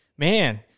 Man